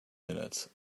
minutes